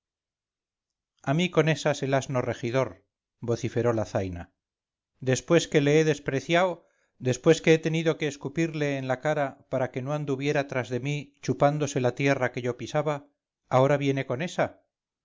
a mí con esas el asno regidor vociferó la zaina después que le he despreciao después que he tenido que escupirle en la cara para que no anduviera tras de mí chupándose la tierra que yo pisaba ahora viene con esa